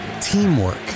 teamwork